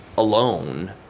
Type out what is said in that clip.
alone